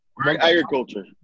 agriculture